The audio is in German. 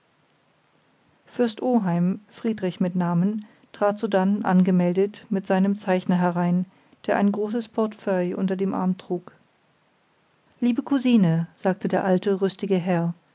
fürst oheim friedrich mit namen trat sodann angemeldet mit seinem zeichner herein der ein großes portefeuille unter dem arm trug liebe cousine sagte der alte rüstige herr